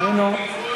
לא שמעתי גינוי, איננו.